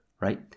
right